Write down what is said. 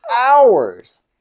hours